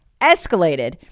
escalated